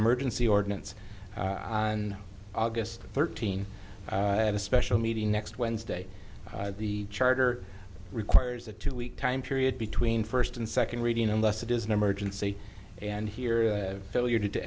emergency ordinance and august thirteenth and a special meeting next wednesday the charter requires a two week time period between first and second reading unless it is an emergency and here a failure to